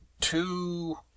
two